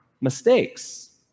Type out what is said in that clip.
mistakes